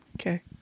Okay